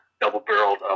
double-barreled